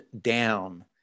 down